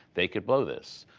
they could blow this.